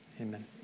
Amen